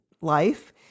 life